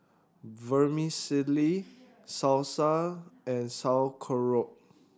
Vermicelli Salsa and Sauerkraut